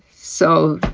so,